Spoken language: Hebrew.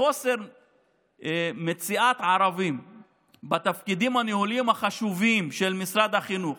חוסר מציאת ערבים בתפקידים הניהוליים החשובים של משרד החינוך,